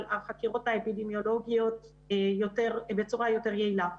החקירות האפידמיולוגיות בצורה יותר יעילה.